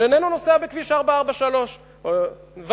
שאיננו נוסע בכביש 443. נוסע ונוסע.